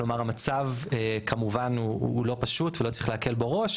המצב כמובן הוא לא פשוט ולא צריך להקל בו ראש,